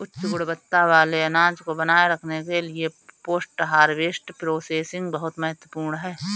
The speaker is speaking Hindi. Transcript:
उच्च गुणवत्ता वाले अनाज को बनाए रखने के लिए पोस्ट हार्वेस्ट प्रोसेसिंग बहुत महत्वपूर्ण है